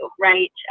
right